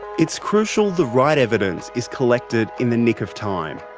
it's crucial the right evidence is collected in the nick of time.